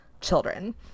children